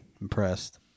impressed